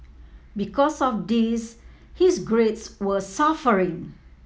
because of this his grades were suffering